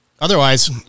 Otherwise